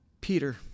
Peter